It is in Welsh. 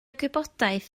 gwybodaeth